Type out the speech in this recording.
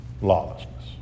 lawlessness